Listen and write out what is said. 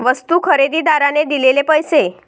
वस्तू खरेदीदाराने दिलेले पैसे